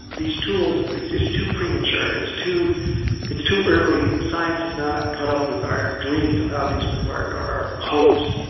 these tools are just too premature. it's too it's too early. the science is not caught up with our dreams of how these would work or hoped.